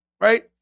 right